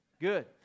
Good